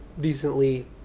decently